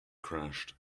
crashed